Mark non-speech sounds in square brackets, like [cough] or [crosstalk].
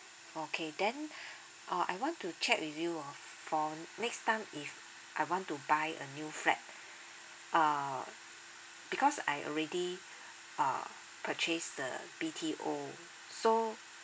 okay then [breath] uh I want to check with you oh for next time if I want to buy a new flat uh because I already err purchased the B_T_O so